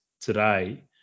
today